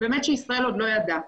שישראל עוד לא ידעה.